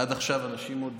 שעד עכשיו אנשים עוד